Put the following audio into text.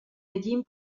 negin